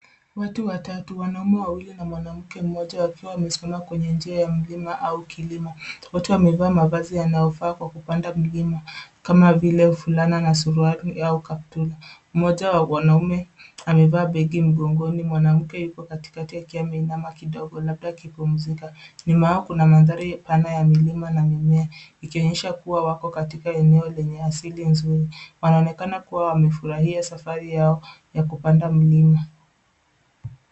Watu watatu wanaume wawili na mwanamke mmoja wakiwa wamesimama kwenye njia ya mlima au kilimo. Watu wamevaa mavazi yanayofaa kwa kupanda milima kama vile fulana na suruali au kaptura. Mmoja wa wanaume amevaa begi mgongoni. Mwanamke yuko katikati akiwa ameinama kidogo labda akipumzika. Nyuma yao kuna mandhari pana ya milima na mimea ikionyesha kuwa wako katika eneo lenye asili nzuri. Wanaonekana kuwa wamefurahia safari yao ya kupanda mlima.